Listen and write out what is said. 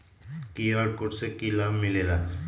QR code से कि कि लाव मिलेला?